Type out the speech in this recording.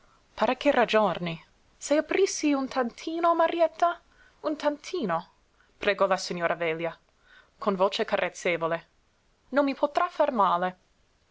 pare che raggiorni se aprissi un tantino marietta un tantino pregò la signora velia con voce carezzevole non mi potrà far male